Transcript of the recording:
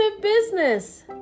business